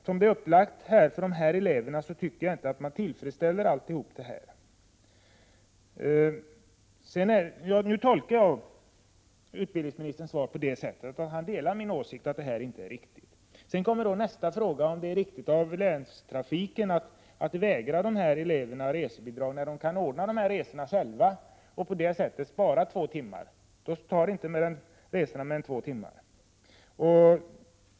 Som det är upplagt för dessa elever tycker jag inte att dessa synpunkter Jag tolkar utbildningsministerns svar så, att han delar min uppfattning att detta inte är riktigt. Då kommer nästa fråga om det är riktigt av länstrafiken att vägra dessa elever resebidrag, när eleverna själva kan ordna resorna och därigenom spara två timmar — resan tar då inte mer än två timmar.